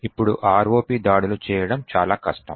ఇప్పుడు ROP దాడులు చేయడం చాలా కష్టం